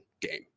game